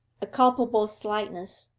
a culpable slyness,